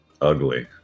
ugly